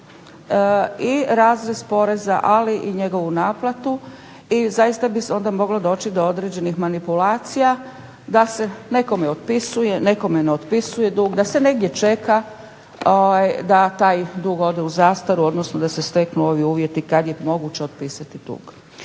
i razvrst poreza, ali i njegovu naplatu i zaista bi onda moglo doći do određenih manipulacija da se nekome otpisuje, nekome ne otpisuje dug, da se negdje čeka da taj dug ode u zastaru, odnosno da se steknu ovi uvjeti kad je moguće otpisati dug.